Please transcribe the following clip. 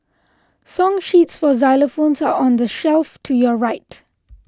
song sheets for xylophones are on the shelf to your right